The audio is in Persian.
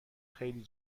خیلی